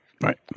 right